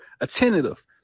attentive